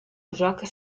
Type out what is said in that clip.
jacques